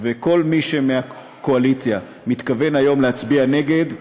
וכל מי שמהקואליציה מתכוון היום להצביע נגד,